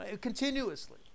continuously